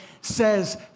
says